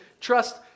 trust